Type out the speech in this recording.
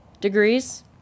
degrees